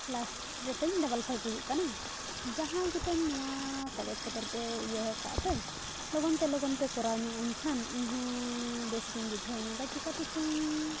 last ᱨᱮᱛᱤᱧ double five ᱦᱩᱭᱩᱜ ᱠᱟᱱᱟ ᱡᱟᱦᱟᱸ ᱜᱮᱛᱤᱧ ᱱᱚᱣᱟ ᱠᱟᱜᱚᱡᱽ ᱯᱚᱛᱚᱨ ᱯᱮ ᱤᱭᱟᱹ ᱟᱠᱟᱫ ᱛᱤᱧ ᱞᱚᱜᱚᱱ ᱛᱮ ᱞᱚᱜᱚᱱ ᱯᱮ ᱠᱚᱨᱟᱣ ᱧᱚᱜᱟ ᱤᱧ ᱠᱷᱟᱱ ᱤᱧ ᱦᱚᱸ ᱵᱮᱥ ᱜᱤᱧ ᱵᱩᱡᱷᱟᱹᱣ ᱧᱚᱜᱼᱟ ᱪᱤᱠᱟᱹ ᱛᱮᱪᱚᱝ